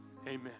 Amen